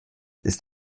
ist